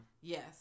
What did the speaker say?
Yes